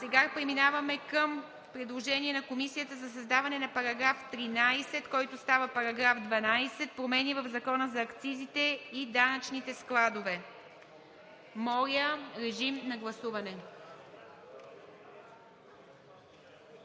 Преминаваме към предложение на Комисията за създаване на § 13, който става § 12 – промени в Закона за акцизите и данъчните складове. Моля, режим на гласуване.